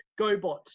GoBots